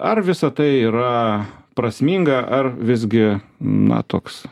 ar visa tai yra prasminga ar visgi na toks